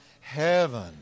heaven